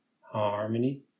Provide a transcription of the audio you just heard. Harmony